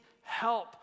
help